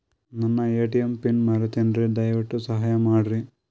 ನನ್ನ ATM pin ಮರೆತೇನ್ರೀ, ದಯವಿಟ್ಟು ಸಹಾಯ ಮಾಡ್ರಿ